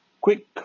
quick